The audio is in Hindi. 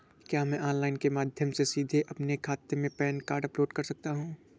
क्या मैं ऑनलाइन के माध्यम से सीधे अपने खाते में पैन कार्ड अपलोड कर सकता हूँ?